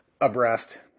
abreast